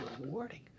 rewarding